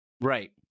right